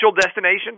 destination